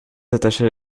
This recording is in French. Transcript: attachée